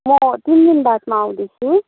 म तिन दिन बादमा आउँदैछु